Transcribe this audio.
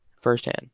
firsthand